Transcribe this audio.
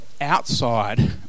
outside